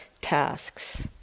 tasks